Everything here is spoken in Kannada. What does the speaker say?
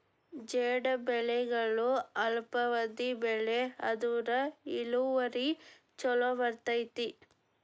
ಝೈದ್ ಬೆಳೆಗಳು ಅಲ್ಪಾವಧಿ ಬೆಳೆ ಆದ್ರು ಇಳುವರಿ ಚುಲೋ ಬರ್ತೈತಿ